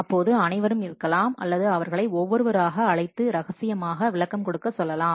அப்போது அனைவரும் இருக்கலாம் அல்லது அவர்களை ஒவ்வொருவராக அழைத்து ரகசியமாக விளக்கம் கொடுக்க சொல்லலாம்